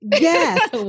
Yes